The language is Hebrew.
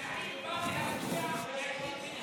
אני לא הפרעתי לך, אל תפריע לי.